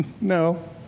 No